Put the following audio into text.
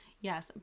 Yes